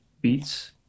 Beats